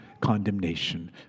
condemnation